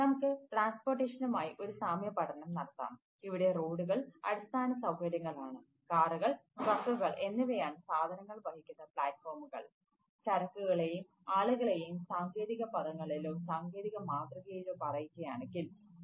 നമുക്ക് ട്രാൻസ്പോർട്ടേഷനുമായി ഇവിടെ പ്രവർത്തിക്കുന്നു